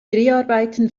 dreharbeiten